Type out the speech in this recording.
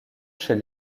chez